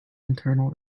internal